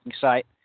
site